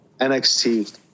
NXT